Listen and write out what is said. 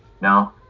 no